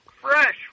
fresh